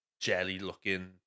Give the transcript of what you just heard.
jelly-looking